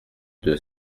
deux